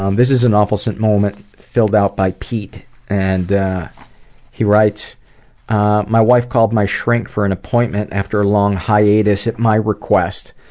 um this is an awefulsome moment filled out by pete and he writes pete ah my wife called my shrink for an appointment after a long hiatus, at my request.